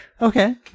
Okay